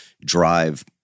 drive